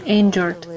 injured